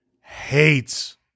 hates